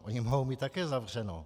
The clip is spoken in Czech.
Ony mohou mít také zavřeno.